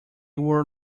were